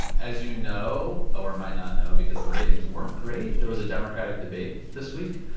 as you know or might not know because the ratings weren't great there was a democratic debate this week.